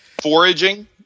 foraging